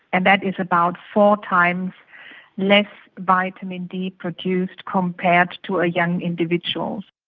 and that is about four times less vitamin d produced compared to a young individual.